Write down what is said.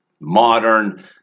modern